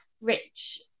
rich